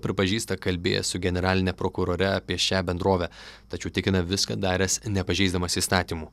pripažįsta kalbėjęs su generaline prokurore apie šią bendrovę tačiau tikina viską daręs nepažeisdamas įstatymų